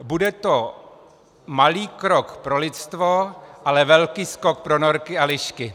Bude to malý krok pro lidstvo, ale velký skok pro norky a lišky.